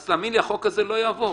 אז תאמין לי שהחוק הזה לא יעבור.